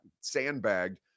sandbagged